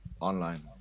Online